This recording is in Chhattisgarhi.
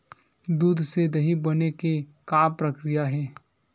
दूध से दही बने के का प्रक्रिया हे?